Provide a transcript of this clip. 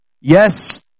Yes